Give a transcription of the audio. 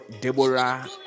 Deborah